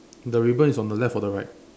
the ribbon is on the left or the right